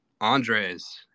Andres